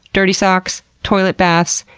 dirty socks, toilet baths,